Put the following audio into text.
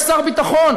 יש שר ביטחון,